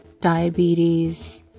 diabetes